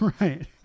Right